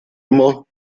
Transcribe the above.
immer